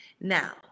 now